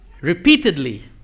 repeatedly